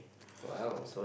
!wow!